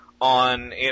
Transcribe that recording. on